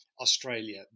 Australia